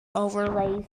overlays